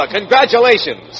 Congratulations